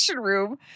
room